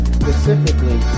specifically